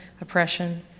oppression